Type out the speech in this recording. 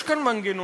יש כאן מנגנונים,